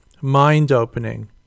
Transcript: mind-opening